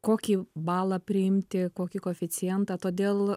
kokį balą priimti kokį koeficientą todėl